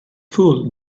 full